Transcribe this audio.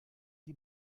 die